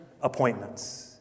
appointments